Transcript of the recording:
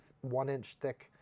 one-inch-thick